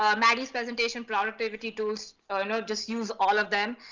ah maddie's presentation, productivity tools, not just use all of them.